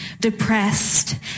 depressed